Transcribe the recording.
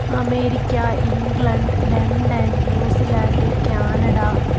America England London New Zealand Canada